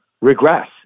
regress